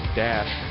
dash